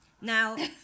now